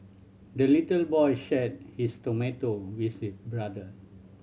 the little boy shared his tomato with his brother